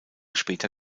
später